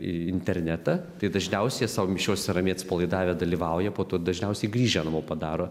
internetą tai dažniausiai sau mišiose ramiai atsipalaidavę dalyvauja po to dažniausiai grįžę namo padaro